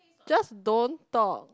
just don't talk